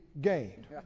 gained